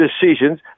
decisions